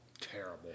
Terrible